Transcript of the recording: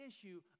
issue